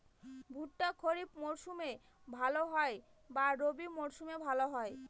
ভুট্টা খরিফ মৌসুমে ভাল হয় না রবি মৌসুমে ভাল হয়?